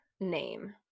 name